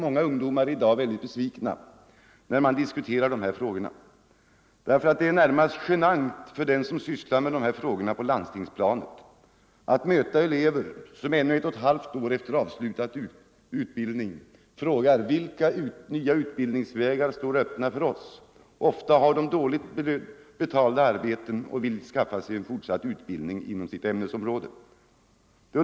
Många ungdomar är i dag väldigt besvikna när man diskuterar dessa frågor. Den som sysslar med detta på landstingsplanet möter elever som ännu ett och ett halvt år efter avslutad utbildning frågar: Vilka nya utbildningsvägar står öppna för oss? Ofta har de dåligt betalda arbeten och vill skaffa sig fortsatt utbildning inom sitt ämnesområde.